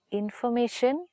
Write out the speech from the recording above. information